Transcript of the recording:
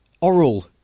Oral